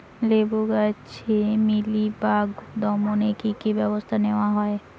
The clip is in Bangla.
লেবু গাছে মিলিবাগ দমনে কী কী ব্যবস্থা নেওয়া হয়?